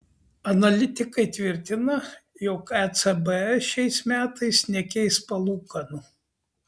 analitikai tvirtina jog ecb šiais metais nekeis palūkanų